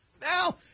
Now